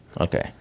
Okay